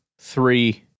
three